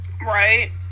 right